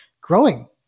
growing